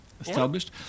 established